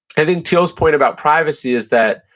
i think thiel's point about privacy is that,